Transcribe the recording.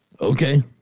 Okay